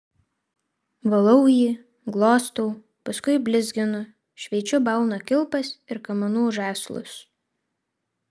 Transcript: valau jį glostau paskui blizginu šveičiu balno kilpas ir kamanų žąslus